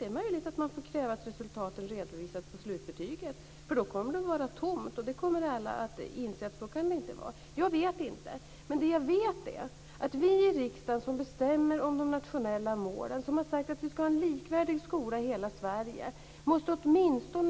Det är möjligt att man får kräva att resultaten redovisas på slutbetyget, för då kommer det att vara tomt. Och då kommer alla att inse att så kan det inte vara. Det jag vet är att vi i riksdagen, som bestämmer om de nationella målen och som har sagt att vi skall ha en likvärdig skola i hela Sverige, måste ställa krav.